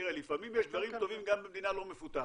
תראה, לפעמים יש דברים טובים גם במדינה לא מפותחת.